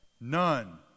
None